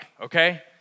okay